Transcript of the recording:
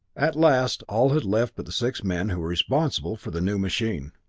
at last all had left but the six men who were responsible for the new machine.